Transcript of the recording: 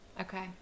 Okay